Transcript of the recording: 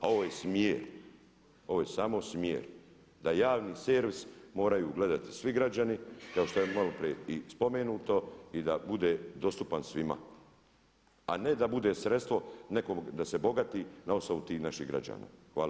A ovo je smjer, ovo je samo smjer da javni servis moraju gledati svi građani kao što je malo prije spomenuto i da bude dostupan svima, a ne da bude sredstvo nekog da se bogati na osnovu tih naših građana.